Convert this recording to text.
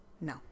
No